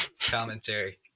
commentary